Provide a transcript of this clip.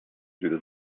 through